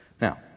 Now